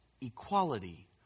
equality